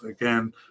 Again